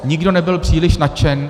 Nikdo nebyl příliš nadšen.